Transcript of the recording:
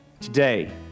Today